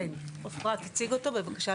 עפרה תציג את הדברים.